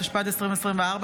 התשפ"ד 2024,